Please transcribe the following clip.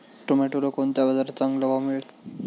टोमॅटोला कोणत्या बाजारात चांगला भाव मिळेल?